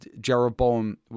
Jeroboam